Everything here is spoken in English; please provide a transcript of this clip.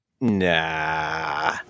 Nah